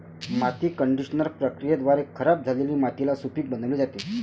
माती कंडिशनर प्रक्रियेद्वारे खराब झालेली मातीला सुपीक बनविली जाते